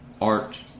art